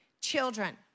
children